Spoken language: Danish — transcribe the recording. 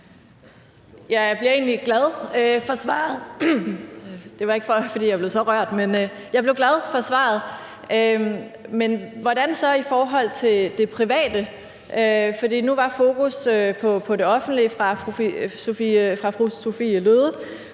Jeg blev egentlig glad for svaret; det var ikke, fordi jeg blev så rørt, men jeg blev glad for svaret. Men hvordan så i forhold til det private? For nu var fokus på det offentlige fra fru Sophie Løhdes